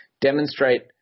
demonstrate